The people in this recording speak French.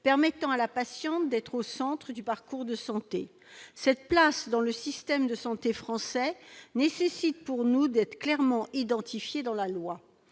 permettant à la patiente d'être au centre du parcours de santé. Cette place dans le système de santé français nécessite, selon nous, d'être clairement inscrite dans la loi.